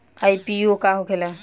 IPO का होखेला?